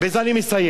בזה אני מסיים.